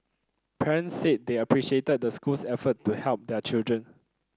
parents said they appreciated the school's effort to help their children